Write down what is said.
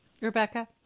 rebecca